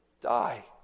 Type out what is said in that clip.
die